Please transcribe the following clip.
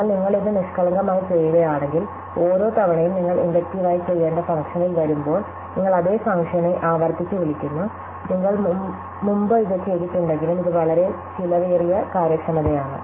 എന്നാൽ നിങ്ങൾ അത് നിഷ്കളങ്കമായി ചെയ്യുകയാണെങ്കിൽ ഓരോ തവണയും നിങ്ങൾ ഇൻഡക്റ്റീവ് ആയി ചെയ്യേണ്ട ഫംഗ്ഷനിൽ വരുമ്പോൾ നിങ്ങൾ അതേ ഫംഗ്ഷനെ ആവർത്തിച്ച് വിളിക്കുന്നു നിങ്ങൾ മുമ്പ് ഇത് ചെയ്തിട്ടുണ്ടെങ്കിലും ഇത് വളരെ ചെലവേറിയ കാര്യക്ഷമതയാണ്